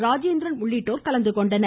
ராஜேந்தின் உள்ளிட்டோர் கலந்துகொண்டனர்